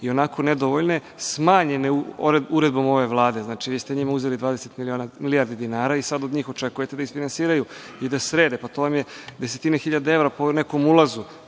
i onako nedovoljne, smanjene uredbom ove Vlade. Znači, vi ste njima uzeli 20 milijardi dinara i sada od njih očekujete da isfinansiraju i da srede. Pa, to vam je desetine hiljada evra po nekom ulazu,